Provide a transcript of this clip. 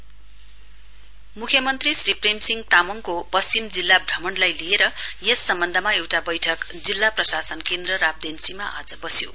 CM visit meeting म्ख्य मन्त्री श्री प्रेम सिंह तामङको पश्चिम जिल्ला भ्रमणलाई लिएर यस सम्बन्धमा एउटा बैठक जिल्ला प्रसान केन्द्रराब्देञ्चीमा आज बस्यो